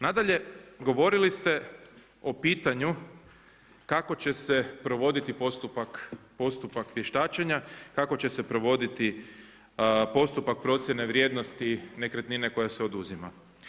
Nadalje, govorili ste o pitanju kako će se provoditi postupak vještačenja, kako će se provoditi postupak procijene vrijednosti nekretnine koja se oduzima.